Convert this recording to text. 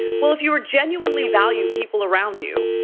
well, if you are genuinely value people around you,